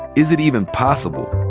is it even possible?